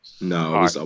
No